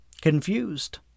confused